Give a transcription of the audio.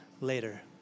later